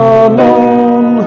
alone